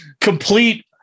complete